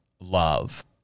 love